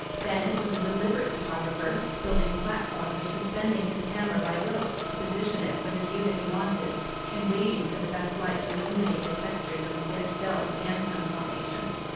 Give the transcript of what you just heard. bennett was a deliberate photographer, building platforms or suspending his camera by ropes to position it for the view that he wanted and waiting for the best light to illuminate the textures of the dells' sandstone formations.